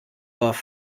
both